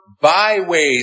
byways